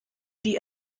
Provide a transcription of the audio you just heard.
die